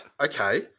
Okay